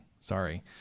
Sorry